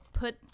put